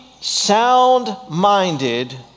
sound-minded